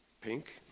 pink